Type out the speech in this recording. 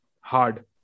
hard